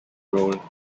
role